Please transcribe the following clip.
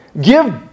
Give